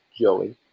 Joey